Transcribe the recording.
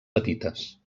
petites